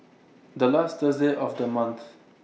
The last Thursday of The month